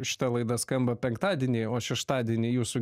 šita laida skamba penktadienį o šeštadienį jūsų